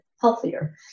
healthier